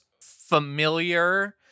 familiar